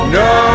no